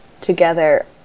together